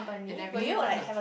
and I really want a